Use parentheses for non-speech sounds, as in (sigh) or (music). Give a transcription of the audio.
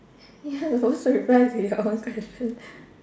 ya you're supposed (laughs) to reply to your own question (laughs)